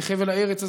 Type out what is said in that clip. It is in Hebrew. לחבל הארץ הזה,